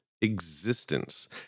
existence